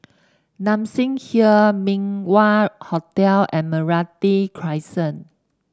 Nassim Hill Min Wah Hotel and Meranti Crescent